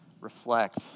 reflect